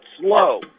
slow